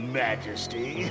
majesty